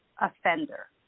offender